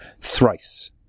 thrice